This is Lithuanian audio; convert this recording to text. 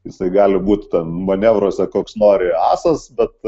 jisai gali būt manevruose koks nori asas bet